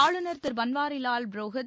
ஆளுநர் திரு பன்வாரிலால் புரோஹித்